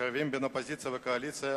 מחייבים בין אופוזיציה לקואליציה,